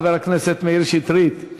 חבר הכנסת מאיר שטרית: